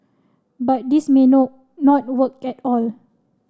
but this may no not work get all